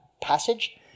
passage